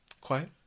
Quiet